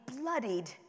bloodied